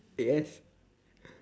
yes